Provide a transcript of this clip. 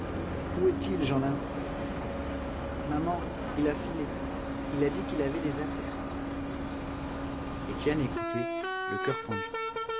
où est-il jeanlin maman il a filé il a dit qu'il avait des affaires étienne écoutait le coeur fendu